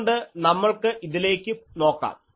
അതുകൊണ്ട് നമ്മൾക്ക് ഇതിലേക്ക് നോക്കാം